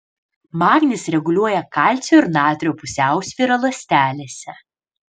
magnis reguliuoja kalcio ir natrio pusiausvyrą ląstelėse